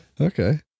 Okay